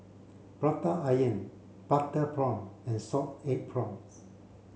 Prata Onion butter prawn and salted egg prawns